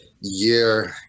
year